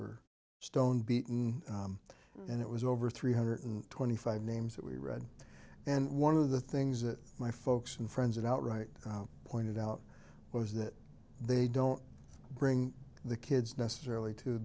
or stoned beaten and it was over three hundred twenty five names that we read and one of the things that my folks and friends and outright pointed out was that they don't bring the kids necessarily to